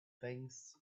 things